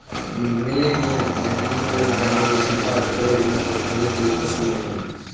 millennial में अनुकूलन करने की क्षमता और खुले दिमाग को खोने के लिए कुछ भी नहीं है